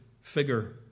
figure